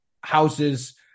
houses